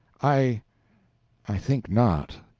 i i think not.